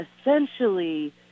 essentially –